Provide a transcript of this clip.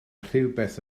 rhywbeth